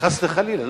חס וחלילה.